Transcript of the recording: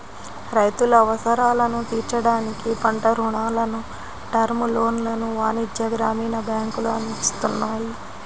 రైతుల అవసరాలను తీర్చడానికి పంట రుణాలను, టర్మ్ లోన్లను వాణిజ్య, గ్రామీణ బ్యాంకులు అందిస్తున్నాయి